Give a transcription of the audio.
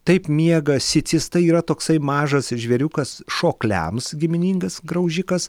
taip miega sicistai yra toksai mažas žvėriukas šokliams giminingas graužikas